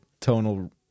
tonal